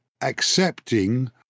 accepting